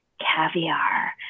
caviar